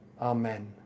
Amen